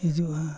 ᱦᱤᱡᱩᱜᱼᱟ